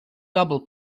double